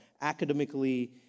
academically